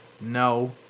No